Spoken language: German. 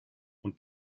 und